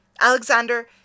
Alexander